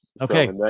okay